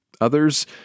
Others